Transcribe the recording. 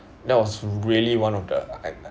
that was really one of the I